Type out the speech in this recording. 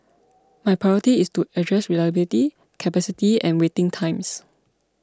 my priority is to address reliability capacity and waiting times